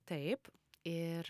taip ir